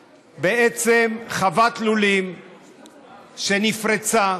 בעצם, חוות לולים נפרצה,